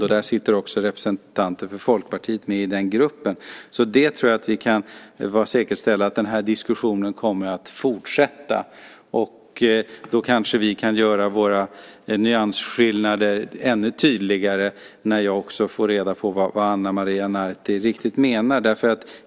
I den gruppen sitter också representanter för Folkpartiet med, så jag tror att vi kan vara säkerställda; den här diskussionen kommer att fortsätta. Kanske kan vi göra våra nyansskillnader ännu tydligare när jag får reda på vad Ana Maria Narti riktigt menar.